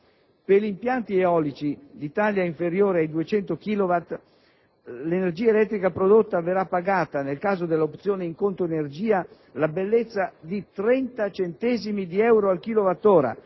per gli impianti eolici di taglia inferiore ai 200 kilowatt l'energia elettrica prodotta verrà pagata, nel caso dell'opzione in "conto energia", la bellezza di 30 centesimi di euro al kilowattora,